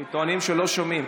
כי טוענים שלא שומעים.